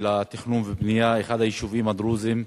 תכנון ובנייה באחד היישובים הדרוזיים.